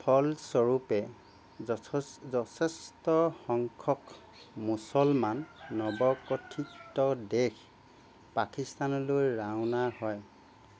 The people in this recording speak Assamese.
ফলস্বৰূপে যথেছ যথেষ্ট সংখ্যক মুছলমান নৱগঠিত দেশ পাকিস্তানলৈ ৰাওনা হয়